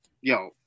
yo